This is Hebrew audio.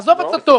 עזוב הצתות.